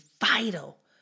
vital